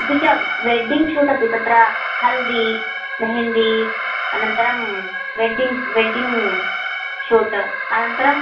अपि च wedding shoot अपि तत्र हल्दि मेहंदि अनन्तरं वेडिंग् वेडींग् शूट् अनन्तरं